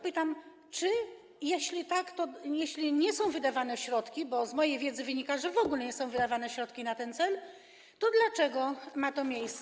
Pytam, czy, a jeśli nie są wydawane środki, bo z mojej wiedzy wynika, że w ogóle nie są wydawane środki na ten cel, to dlaczego ma to miejsce.